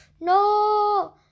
No